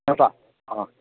ꯅꯠꯇ꯭ꯔꯥ ꯑꯥ